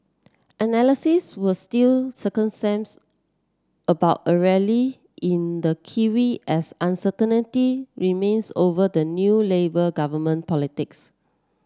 analysts were still circumspect about a rally in the kiwi as uncertainty remains over the new labour government politics